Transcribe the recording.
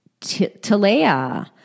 Talea